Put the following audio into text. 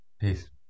Peace